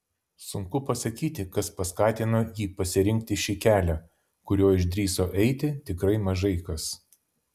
sunku pasakyti kas paskatino jį pasirinkti šį kelią kuriuo išdrįso eiti tikrai mažai kas